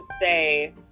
say